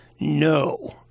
No